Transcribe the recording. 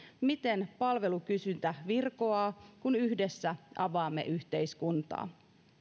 miten palvelukysyntä virkoaa kun yhdessä avaamme yhteiskuntaa